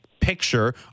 picture